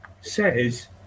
says